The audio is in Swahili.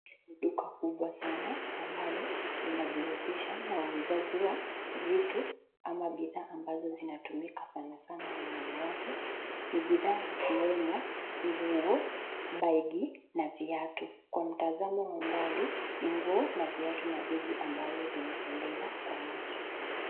Duka kubwa sana ambalo linajihusisha na uuzaji wa vitu ama bidhaa ambazo zinatumika sanasana na wanawake. Ni bidhaa ikiwemo nguo, bag na viatu. Kwa mtazamo wa mbali, ni nguo na viatu na bag ambazo zinapendeza kwa macho.